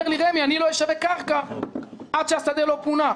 אומר לי רמ"י: אני לא אשווק קרקע עד שהשדה לא פונה.